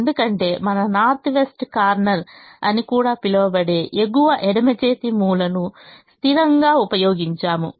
ఎందుకంటే మన north west corner అని కూడా పిలువబడే ఎగువ ఎడమ చేతి మూలను స్థిరంగా ఉపయోగించాము